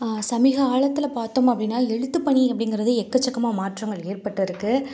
சமீப காலத்தில் பார்த்தோம் அப்படினால் எழுத்து பணி அப்படிங்கிறது எக்கச்சக்கமாக மாற்றங்கள் ஏற்பட்டு இருக்குது